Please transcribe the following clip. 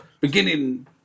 beginning